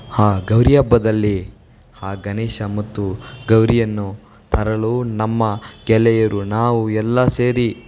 ಹಾ ಗೌರಿ ಹಬ್ಬದಲ್ಲಿ ಹಾ ಗಣೇಶ ಮತ್ತು ಗೌರಿಯನ್ನು ತರಲೂ ನಮ್ಮ ಗೆಳೆಯರು ನಾವು ಎಲ್ಲ ಸೇರಿ